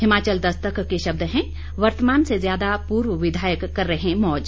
हिमाचल दस्तक के शब्द हैं वर्तमान से ज्यादा पूर्व विधायक कर रहे मौज